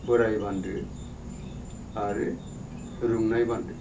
बोराय बान्दो आरो रुंनाय बान्दो